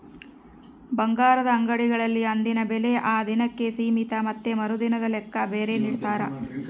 ಬಂಗಾರದ ಅಂಗಡಿಗಳಲ್ಲಿ ಅಂದಿನ ಬೆಲೆ ಆ ದಿನಕ್ಕೆ ಸೀಮಿತ ಮತ್ತೆ ಮರುದಿನದ ಲೆಕ್ಕ ಬೇರೆ ನಿಡ್ತಾರ